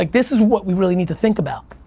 like this is what we really need to think about.